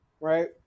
right